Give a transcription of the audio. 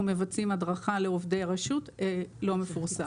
מבצעים הדרכה לעובדי רשות לא מפורסם.